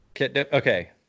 okay